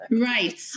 right